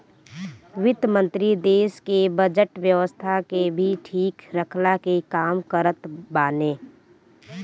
वित्त मंत्री देस के बजट व्यवस्था के भी ठीक रखला के काम करत बाने